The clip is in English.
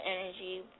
energy